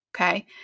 Okay